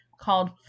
called